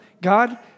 God